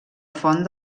font